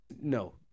no